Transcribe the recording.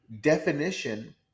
definition